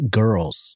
girls